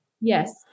Yes